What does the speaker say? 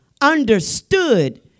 understood